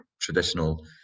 traditional